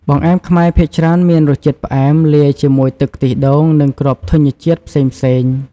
បង្អែមខ្មែរភាគច្រើនមានរសជាតិផ្អែម លាយជាមួយទឹកខ្ទិះដូង និងគ្រាប់ធញ្ញជាតិផ្សេងៗ ។